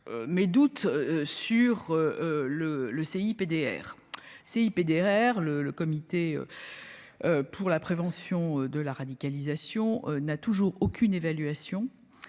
mais doutes sur le le CIP PDR C PDR le le comité pour la prévention de la radicalisation Nat. Toujours aucune évaluation